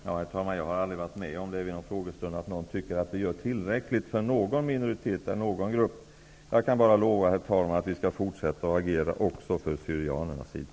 Herr talman! Jag har aldrig varit om det vid någon frågestund att någon tycker att jag gör tillräckligt för någon minoritet eller grupp. Jag kan bara lova, herr talman, att vi skall fortsätta att agera också för syrianernas situation.